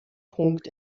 punkt